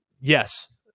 yes